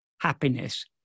happiness